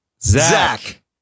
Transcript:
Zach